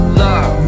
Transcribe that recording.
love